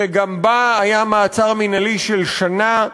שגם בה היה מעצר מינהלי, של שנה,